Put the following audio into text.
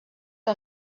que